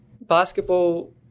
basketball